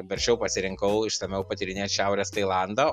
verčiau pasirinkau išsamiau patyrinėt šiaurės tailandą